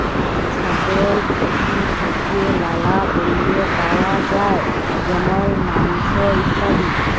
ছাগল পশু থেক্যে লালা পল্য পাওয়া যায় যেমল মাংস, ইত্যাদি